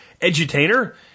edutainer